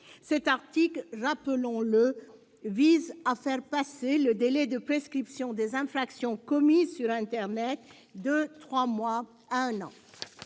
Cet article, rappelons-le, vise à faire passer le délai de prescription des infractions commises sur internet de trois mois à un an.